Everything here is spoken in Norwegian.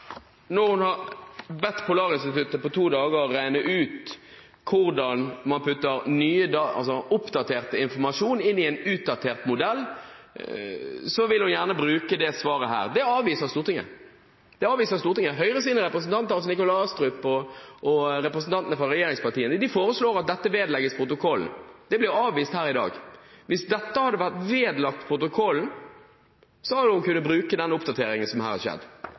når de snakker om iskanten. Så mener statsråden at hun når hun har bedt Polarinstituttet på to dager regne ut hvordan man putter oppdatert informasjon inn i en utdatert modell, gjerne vil bruke dette svaret. Det avviser Stortinget. Høyres representanter, bl.a. Nikolai Astrup, og de andre representantene fra regjeringspartiene foreslår at dette vedlegges protokollen. Det blir avvist her i dag. Hvis dette hadde vært vedlagt protokollen, hadde hun kunnet bruke den oppdateringen som her er skjedd.